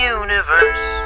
universe